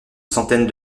centaine